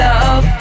Love